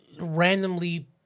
randomly